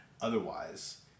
otherwise